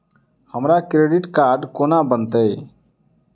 हमरा credit card कोना बनतै?